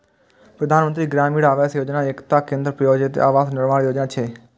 प्रधानमंत्री ग्रामीण आवास योजना एकटा केंद्र प्रायोजित आवास निर्माण योजना छियै